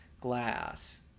glass